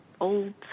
old